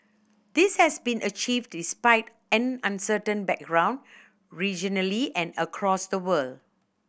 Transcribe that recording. this has been achieved despite an uncertain background regionally and across the world